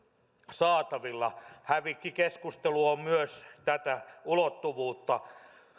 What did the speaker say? saatavilla hävikkikeskustelu on myös tätä ulottuvuutta